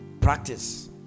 practice